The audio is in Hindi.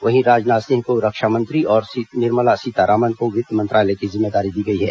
वहीं राजनाथ सिंह को रक्षा मंत्री और निर्मला सीतारामन को वित्त मंत्रालय की जिम्मेदारी दी गई है